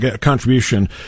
contribution